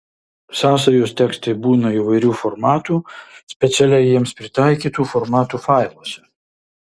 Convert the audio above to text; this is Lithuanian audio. sąsajos tekstai būna įvairių formatų specialiai jiems pritaikytų formatų failuose